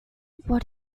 what